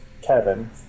Kevin